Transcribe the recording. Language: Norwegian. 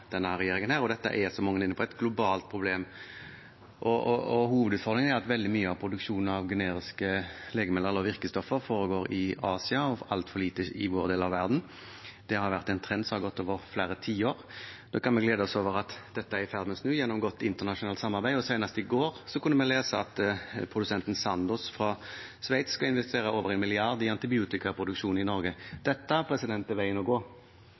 denne regjeringen, og dette er, som mange er inne på, et globalt problem. Hovedutfordringen er at veldig mye av produksjonen av generiske legemidler eller virkestoffer foregår i Asia og altfor lite i vår del av verden. Det har vært en trend som har gått over flere tiår. Nå kan vi glede oss over at dette er i ferd med å snu gjennom godt internasjonalt samarbeid, og senest i går kunne vi lese at produsenten Sandoz fra Sveits skal investere over 1 mrd. kr i antibiotikaproduksjon i Norge. Dette er veien å gå.